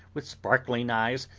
with sparkling eyes,